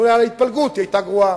היית שואל על ההתפלגות, היא היתה גרועה.